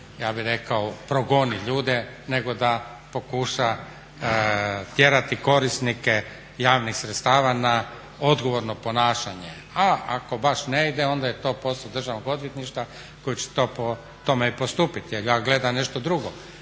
ja bih rekao progoni ljude, nego da pokuša tjerati korisnike javnih sredstava na odgovorno ponašanje, a ako baš ne ide onda je to posao Državnog odvjetništva koji će to, po tome i postupiti. Jer ja gledam nešto drugo.